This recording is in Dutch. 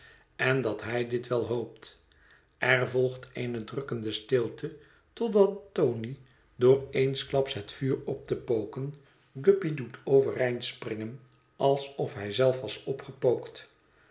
en dat hij dit wel hoopt er volgt eene drukkende stilte totdat tony door eensklaps het vuur op te poken guppy doet overeind springen alsof hij zelf was opgepookt